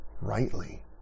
rightly